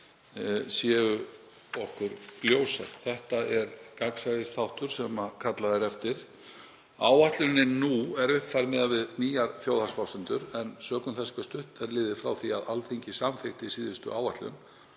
Þetta er gagnsæisþáttur sem kallað er eftir. Áætlunin nú er uppfærð miðað við nýjar þjóðhagsforsendur en sökum þess hve stutt er liðið frá því að Alþingi samþykkti síðustu áætlun